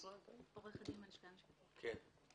עורכת דין בלשכה המשפטית של משרד הפנים.